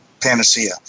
panacea